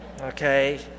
okay